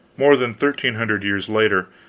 more than thirteen hundred years later,